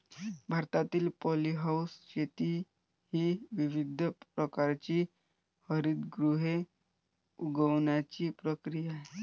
भारतातील पॉलीहाऊस शेती ही विविध प्रकारची हरितगृहे उगवण्याची प्रक्रिया आहे